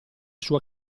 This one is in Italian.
sua